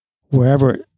wherever